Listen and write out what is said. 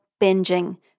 binging